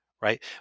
right